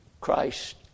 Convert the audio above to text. Christ